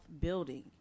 building